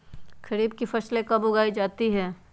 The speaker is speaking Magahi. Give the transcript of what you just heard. खरीफ की फसल कब उगाई जाती है?